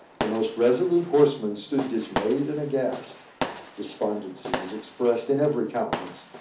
the most resolute horsemen stood dismayed and aghast despondency was expressed in every countenance,